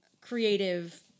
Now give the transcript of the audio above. creative